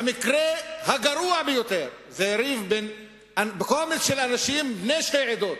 במקרה הגרוע ביותר זה ריב בין קומץ אנשים בני שתי עדות,